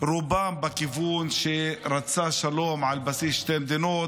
רובם בכיוון שרוצה שלום על בסיס שתי מדינות,